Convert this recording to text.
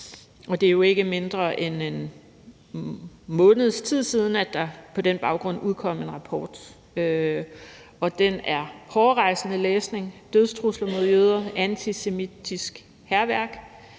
Det er jo ikke mindre end en måneds tid siden, at der på den baggrund udkom en rapport, og den er hårrejsende læsning. Der er dødstrusler mod jøder, antisemitisk hærværk,